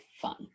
fun